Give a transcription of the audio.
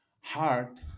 hard